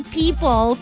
people